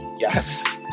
Yes